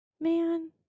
man